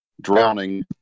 drowning